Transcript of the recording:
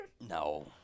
No